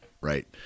right